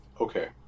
Okay